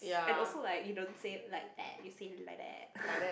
and also like you don't say like that you say like that